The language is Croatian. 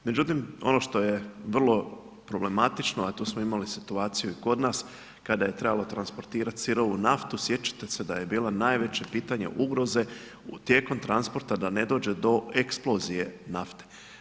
Međutim ono što je vrlo problematično a to smo imali situaciju i kod nas kada je trebalo transportirati sirovu naftu, sjećate se da je bilo najveće pitanje ugroze tijekom transporta da ne dođe do eksplozije nafte.